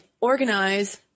organize